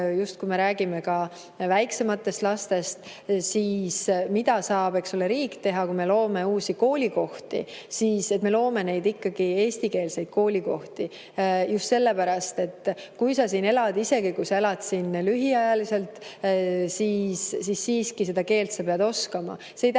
asi, kui me räägime väiksematest lastest, siis mida saab riik teha. Kui me loome uusi koolikohti, siis me loome ikkagi eestikeelseid koolikohti. Just sellepärast, et kui sa siin elad, isegi kui sa elad siin lühiajaliselt, siis siiski sa pead seda keelt oskama. See ei tähenda